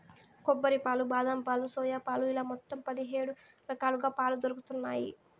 కొబ్బరి పాలు, బాదం పాలు, సోయా పాలు ఇలా మొత్తం పది హేడు రకాలుగా పాలు దొరుకుతన్నాయి